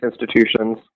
institutions